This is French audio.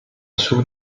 soupe